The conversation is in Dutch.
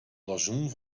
blazoen